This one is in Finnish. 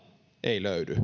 ei löydy